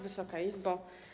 Wysoka Izbo!